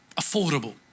affordable